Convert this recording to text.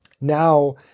now